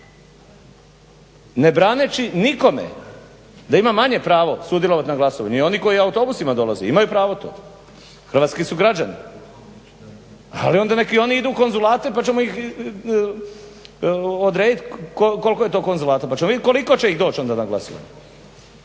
ne braneći nikome da ima manje pravo sudjelovat na glasovanju. Ni oni koji autobusima dolaze imaju pravo to, hrvatski su građani. Ali onda nek' i oni idu u konzulate pa ćemo ih odredit koliko je to konzulata, pa ćemo vidjet koliko će ih doć onda na glasovanje.